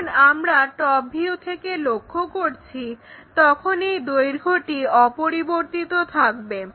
যখন আমরা top view থেকে লক্ষ্য করছি তখন এই দৈর্ঘ্যটি অপরিবর্তিত থাকবে